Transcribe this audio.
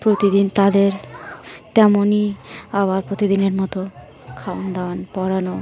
প্রতিদিন তাদের তেমনই আবার প্রতিদিনের মতো খাওয়ান দাওয়ান করানো